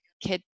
kid